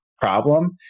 problem